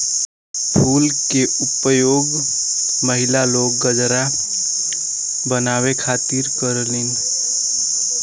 फूल के उपयोग महिला लोग गजरा बनावे खातिर करलीन